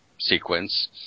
sequence